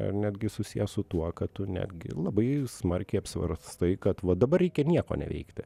ar netgi susiję su tuo kad tu netgi labai smarkiai apsvarstai kad va dabar reikia nieko neveikti